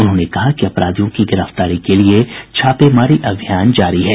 उन्होंने कहा कि अपराधियों की गिरफ्तारी के लिए छापेमारी अभियान जारी है